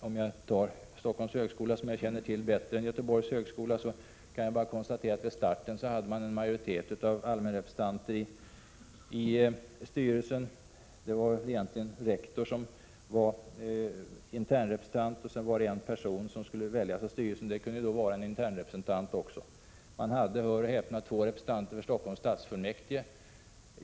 Om jag tar Stockholms högskola, som jag känner till bättre än Göteborgs, kan jag konstatera att man vid starten hade en majoritet av allmänrepresentanter i styrelsen. Det var väl egentligen bara rektor som var internrepresentant, och ytterligare en person, som skulle väljas av styrelsen, kunde vara internrepresentant. Man hade — hör och häpna — två representanter för Stockholms stadsfullmäktige.